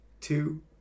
two